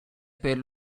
per